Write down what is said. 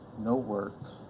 no work,